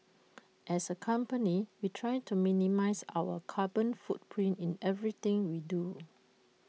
as A company we try to minimise our carbon footprint in everything we do